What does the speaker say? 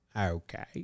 Okay